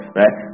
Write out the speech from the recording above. right